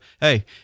hey